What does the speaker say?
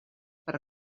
per